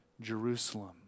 Jerusalem